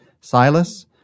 Silas